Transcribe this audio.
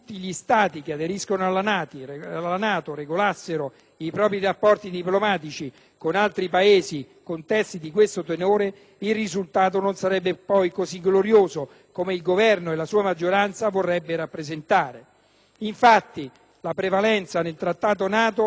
con testi di questo tenore, il risultato non sarebbe poi così glorioso come il Governo e la sua maggioranza vorrebbero rappresentare. Infatti, la prevalenza del Trattato NATO che vi ostinate a sostenere non si basa su veridicità giuridica, poiché